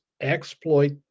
exploit